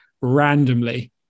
randomly